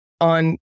on